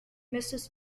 mrs